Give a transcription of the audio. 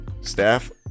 staff